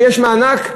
כשיש מענק,